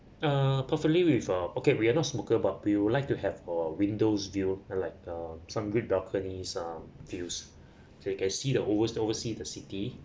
uh perfectly with uh okay we are not smoker but we would like to have a window's view uh like uh some good balcony uh views okay can see the overs~ oversee the city